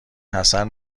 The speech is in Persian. حسن